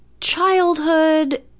childhood